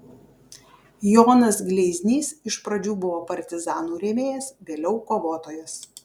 jonas gleiznys iš pradžių buvo partizanų rėmėjas vėliau kovotojas